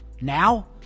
Now